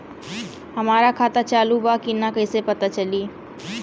हमार खाता चालू बा कि ना कैसे पता चली?